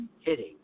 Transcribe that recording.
hitting